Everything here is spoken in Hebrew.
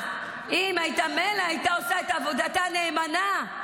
מילא הייתה עושה את עבודתה נאמנה,